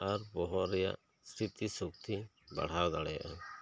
ᱟᱨ ᱵᱚᱦᱚᱜ ᱨᱮᱭᱟᱜ ᱥᱨᱤᱛᱤ ᱥᱩᱠᱛᱤ ᱵᱟᱲᱦᱟᱣ ᱫᱟᱲᱮᱭᱟᱜᱼᱟᱭ